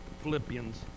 Philippians